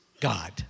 God